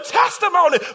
testimony